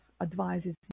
advises